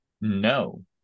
No